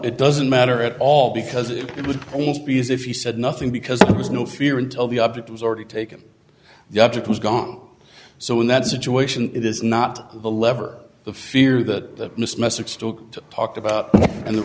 it doesn't matter at all because it would almost be as if you said nothing because there was no fear until the object was already taken the object was gone so in that situation it is not the lever the fear that this message still talked about and the